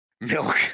milk